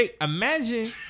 imagine